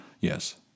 Yes